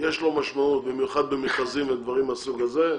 יש לו משמעות, במיוחד במכרזים ודברים מהסוג הזה.